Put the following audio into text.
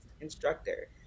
instructor